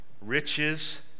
riches